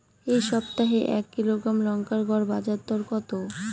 এই সপ্তাহে এক কিলোগ্রাম লঙ্কার গড় বাজার দর কত?